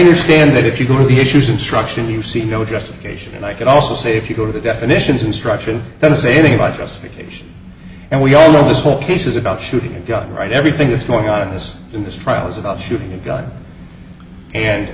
understand that if you go through the issues instruction you see no justification and i can also say if you go to the definitions instruction that is saving by justification and we all know this whole case is about shooting a gun right everything that's going on in this in this trial is about shooting a gun and